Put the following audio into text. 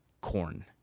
corn